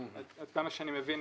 עד כמה שאני מבין